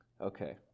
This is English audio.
okay